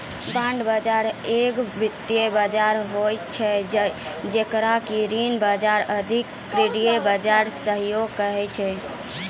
bond बजार एगो वित्तीय बजार होय छै जेकरा कि ऋण बजार आकि क्रेडिट बजार सेहो कहै छै